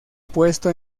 puesto